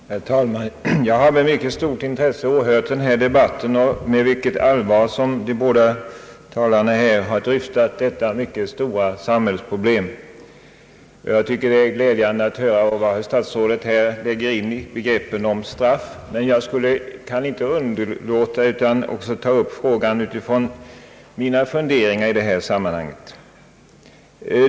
Herr talman! Jag har med mycket stort intresse åhört denna debatt och sett med vilket allvar som de båda talarna har dryftat detta mycket stora samhällsproblem. Jag tycker det är glädjande att höra vad statsrådet lägger in i begreppet straff, men jag kan inte underlåta att ta upp frågan också utifrån mina funderingar i detta sammanhang.